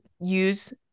use